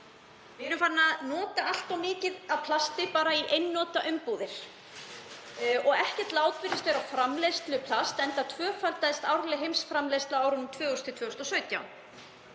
Við erum farin að nota allt of mikið af plasti, bara í einnota umbúðir. Ekkert lát virðist vera á framleiðslu plasts enda tvöfaldaðist árleg heimsframleiðsla á árunum 2000–2017.